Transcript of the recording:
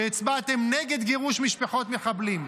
שהצבעתם נגד גירוש משפחות מחבלים,